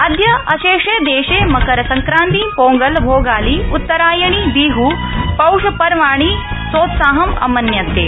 अद्य अशेषे देशे मकर संक्रान्ति पोंगल भोगाली उत्तरायणी बिह पौषपर्वाणि सोत्साहं आमान्यन्ते